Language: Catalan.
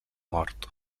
mort